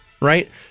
Right